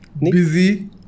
busy